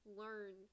learn